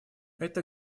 это